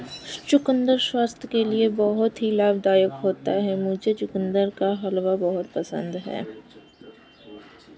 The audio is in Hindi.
चुकंदर स्वास्थ्य के लिए बहुत ही लाभदायक होता है मुझे चुकंदर का हलवा बहुत पसंद है